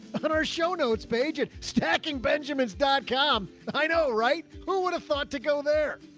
on our show notespage at stackingbenjamins dot com i know, right? who would have thought to go there?